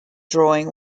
drawing